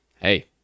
hey